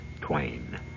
Twain